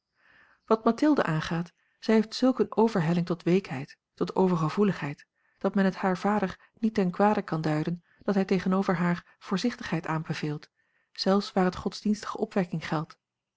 wat mathilde aangaat zij heeft zulk eene overhelling tot weekheid tot overgevoeligheid dat men het haar vader niet ten kwade kan duiden dat hij tegenover haar voorzichtigheid aanbeveelt zelfs waar het godsdienstige opwekking geldt